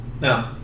No